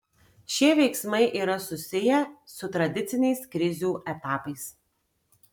šie veiksmai yra susiję su tradiciniais krizių etapais